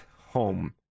home